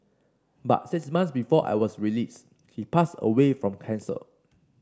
but six months before I was released he passed away from cancer